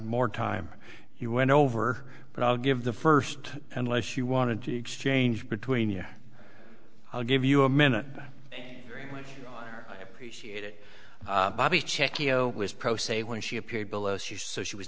more time you went over but i'll give the first unless you wanted to exchange between yeah i'll give you a minute appreciate it bobbie check e o was pro se when she appeared below she's so she was